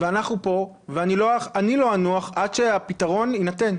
ואנחנו פה, ואני לא אנוח עד שהפתרון יינתן.